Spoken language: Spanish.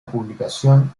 publicación